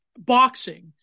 Boxing